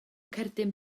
cerdyn